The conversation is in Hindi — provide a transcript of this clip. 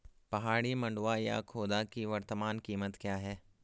पहाड़ी मंडुवा या खोदा की वर्तमान कीमत क्या है?